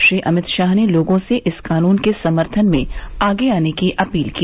श्री अमित शाह ने लोगों से इस कानून के समर्थन में आगे आने की अपील की